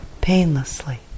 painlessly